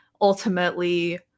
ultimately